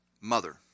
mother